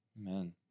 Amen